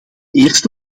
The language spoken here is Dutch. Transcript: eerste